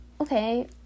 okay